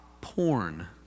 porn